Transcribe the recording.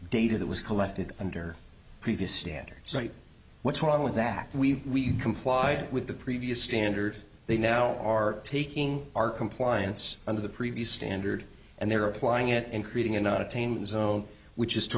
data that was collected under previous standards right what's wrong with that we complied with the previous standard they now are taking our compliance under the previous standard and they're applying it and creating a not attain zone which is to